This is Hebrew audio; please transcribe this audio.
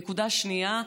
נקודה שנייה,